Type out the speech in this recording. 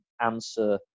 answer